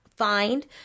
Find